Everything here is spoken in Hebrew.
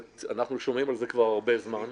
אנחנו שומעים על זה כבר זמן רב.